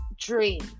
dream